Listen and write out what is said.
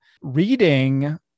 Reading